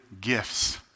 gifts